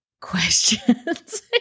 questions